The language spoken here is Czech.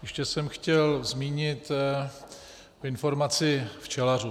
Ještě jsem chtěl zmínit informaci včelařům.